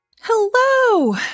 Hello